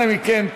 אנא מכם.